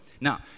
Now